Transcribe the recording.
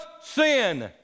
sin